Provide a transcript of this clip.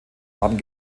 haben